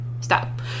stop